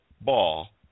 ball